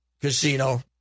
casino